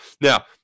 Now